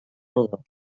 rodó